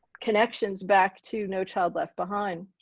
connections back to no child left behind.